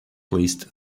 least